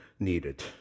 needed